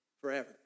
Forever